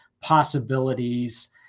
possibilities